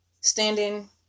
standing